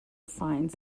finds